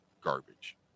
garbage